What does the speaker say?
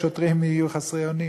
השוטרים יהיו חסרי אונים.